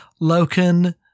Loken